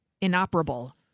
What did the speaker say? inoperable